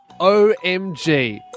OMG